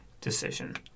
decision